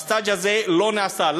והסטאז' הזה לא נעשה.